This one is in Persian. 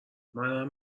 منم